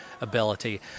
ability